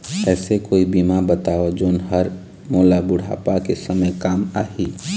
ऐसे कोई बीमा बताव जोन हर मोला बुढ़ापा के समय काम आही?